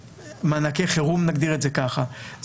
מענקי חירום נגדיר את זה ככה,